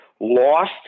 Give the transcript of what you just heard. lost